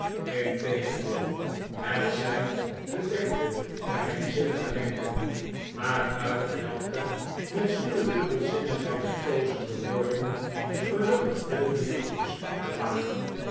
integendeel het zijn bedekte geheimzinnige wenken maar uit welker met sluwe dubbelzinnigheid gekozen bewoordingen gelukkig veel meer is op te maken